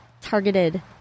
targeted